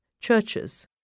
churches